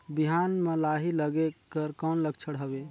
बिहान म लाही लगेक कर कौन लक्षण हवे?